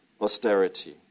Austerity